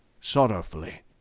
sorrowfully